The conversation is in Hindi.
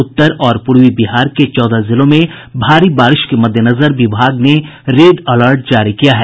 उत्तर और पूर्वी बिहार के चौदह जिलों में भारी बारिश के मद्देनजर विभाग ने रेड अलर्ट जारी किया है